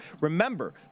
Remember